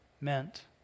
meant